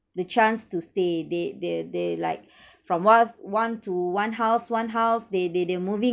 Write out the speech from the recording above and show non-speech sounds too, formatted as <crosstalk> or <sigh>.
the chance to stay they they they like <breath> from one's one to one house one house they they they moving